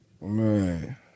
Man